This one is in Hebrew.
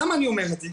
למה אני אומר את זה?